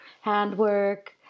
handwork